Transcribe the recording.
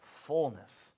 fullness